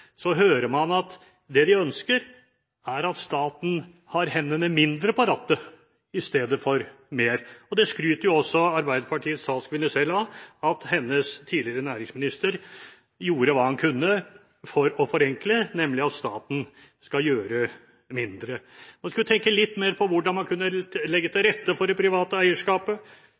hører man at det de ønsker, er at staten har hendene mindre på rattet i stedet for mer. Og Arbeiderpartiets talskvinne skryter jo også selv av at hennes tidligere næringsminister gjorde hva han kunne for å forenkle, nemlig at staten skal gjøre mindre. Man skulle tenke litt mer på hvordan man kunne legge til rette for det private eierskapet,